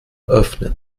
öffnen